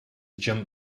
jump